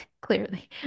clearly